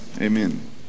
Amen